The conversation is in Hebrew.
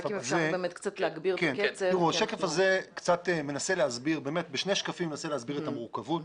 השקף הזה מנסה להסביר את המורכבות.